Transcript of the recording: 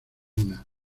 una